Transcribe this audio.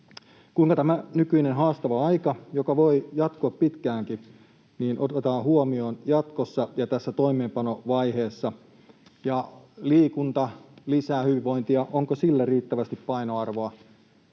Kuinka tämä nykyinen haastava aika, joka voi jatkua pitkäänkin, otetaan huomioon jatkossa ja tässä toimeenpanovaiheessa? Liikunta lisää hyvinvointia. Onko sille riittävästi painoarvoa,